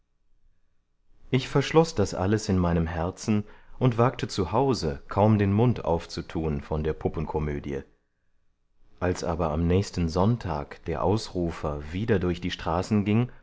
ich verschloß das alles in meinem herzen und wagte zu hause kaum den mund aufzutun von der puppenkomödie als aber am nächsten sonntag der ausrufer wieder durch die straßen ging